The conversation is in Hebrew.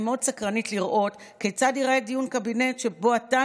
אני מאוד סקרנית לראות כיצד יראה דיון קבינט שבו אתה,